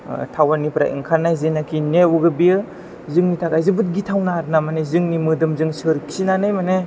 थावरनिफ्राय ओंखारनाय जेनाखि नेवो बियो जोंनि थाखाय जोबोत गिथावना आरोना माने जोंनि मोदोमजों सोरखिनानै माने